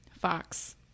Fox